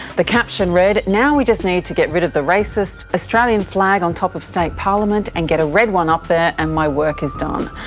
the caption read, now we just need to get rid of the racist australian flag on top of state parliament and get a red one up there and my work is done. um